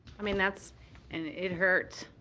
i mean, that's and it hurts,